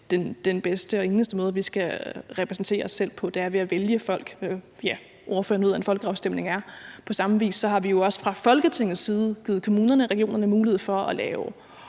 den bedste og eneste måde, vi skal repræsentere os selv på, er ved at vælge folk. Ja, ordføreren ved, hvad en folkeafstemning er. På samme vis har vi jo også fra Folketingets side givet kommunerne og regionerne mulighed for at lave